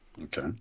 Okay